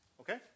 Okay